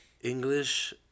English